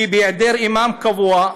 כי בהיעדר אימאם קבוע,